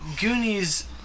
Goonies